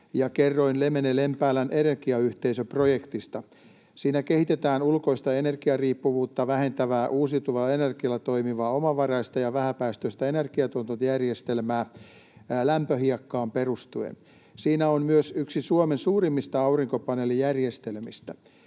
kerroin LEMENE-, Lempäälän energiayhteisö ‑projektista. Siinä kehitetään ulkoista energiariippuvuutta vähentävää uusiutuvalla energialla toimivaa omavaraista ja vähäpäästöistä energiatuotantojärjestelmää lämpöhiekkaan perustuen. Siinä on myös yksi Suomen suurimmista aurinkopaneelijärjestelmistä.